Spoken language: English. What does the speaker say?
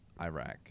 Iraq